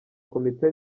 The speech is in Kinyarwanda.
komite